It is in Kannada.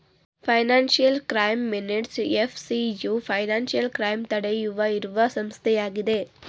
financial crime minutes FCU financial crime ತಡೆಯುವ ಇರುವ ಸಂಸ್ಥೆಯಾಗಿದೆ